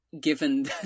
given